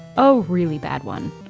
a really bad one.